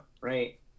right